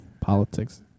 politics